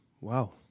Wow